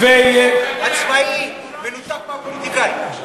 עצמאי מנותק מהפוליטיקאים.